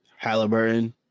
Halliburton